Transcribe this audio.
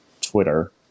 Twitter